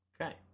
okay